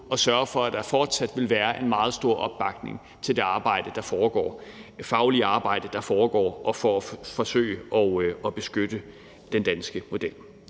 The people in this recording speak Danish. at sørge for, at der fortsat vil være en meget stor opbakning til det faglige arbejde, der foregår, og det er et forsøg på at beskytte den danske model.